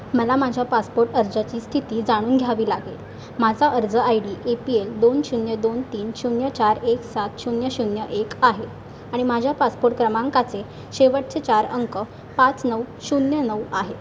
मला माझ्या पासपोर्ट अर्जाची स्थिती जाणून घ्यावी लागेल माझा अर्ज I D A P L दोन शून्य दोन तीन शून्य चार एक सात शून्य शून्य एक आहे आणि माझ्या पासपोर्ट क्रमांकाचे शेवटचे चार अंक पाच नऊ शून्य नऊ आहेत